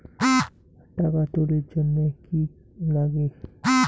টাকা তুলির জন্যে কি লাগে?